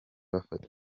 bafata